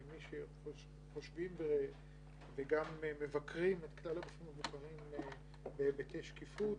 כמי שחושבים וגם מבקרים את כלל הגופים המבוקרים בהיבטי שקיפות,